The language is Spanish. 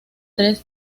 tres